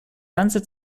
ganze